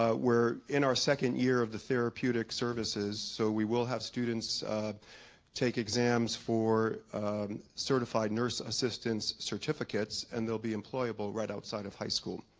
ah we're in our second year of the therapeutic services so we will have students take exams for certified nurse assistants certificates and they'll be employable right outside of high school